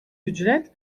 ücret